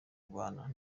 barwana